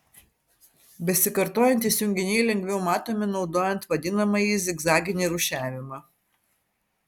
besikartojantys junginiai lengviau matomi naudojant vadinamąjį zigzaginį rūšiavimą